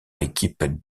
l’équipe